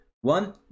One